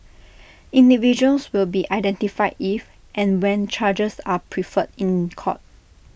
individuals will be identified if and when charges are preferred in court